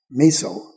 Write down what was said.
meso